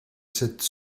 cette